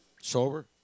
Sober